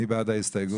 מי בעד ההסתייגות?